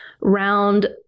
round